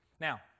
Now